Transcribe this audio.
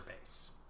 base